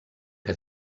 que